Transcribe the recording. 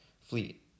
fleet